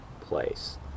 place